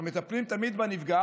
אנחנו מטפלים תמיד בנפגע,